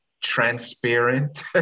Transparent